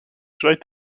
should